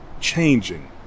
changing